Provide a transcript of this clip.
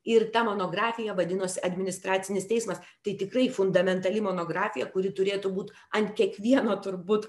ir ta monografija vadinos administracinis teismas tai tikrai fundamentali monografija kuri turėtų būt ant kiekvieno turbūt